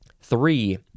Three